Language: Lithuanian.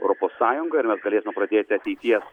europos sąjungą ir mes galėsime pradėti ateities